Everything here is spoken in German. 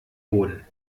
boden